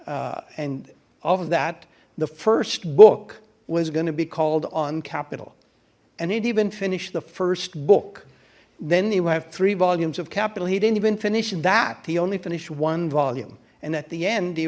and of that the first book was going to be called on capital and he'd even finished the first book then you have three volumes of capital he didn't even finish that he only finished one volume and at the end he